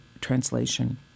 translation